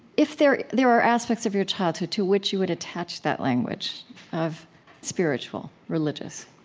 if there there were aspects of your childhood to which you would attach that language of spiritual, religious.